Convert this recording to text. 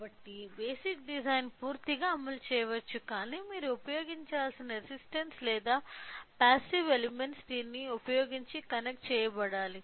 కాబట్టి basic design పూర్తిగా అమలు చేయవచ్చు కానీ మీరు ఉపయోగించాల్సిన రెసిస్టన్స్ లేదా పాసివ్ ఎలెమెంట్స్ దీన్ని ఉపయోగించి కనెక్ట్ చేయబడాలి